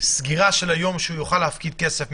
הסגירה של היום שהוא יוכל להפקיד כסף,